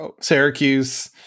Syracuse